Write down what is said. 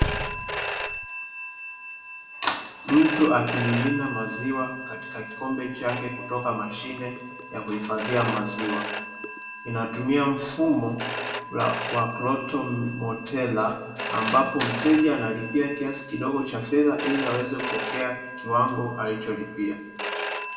Mtu akimimina maziwa katika kikombe chake kutoka mashine ya kuhifadhia maziwa, inatumia mfumo wa kiautomotela, ambapo mteja analipia kiasi kidogo cha fedha ili aweze kupokea kiwango alicholipia.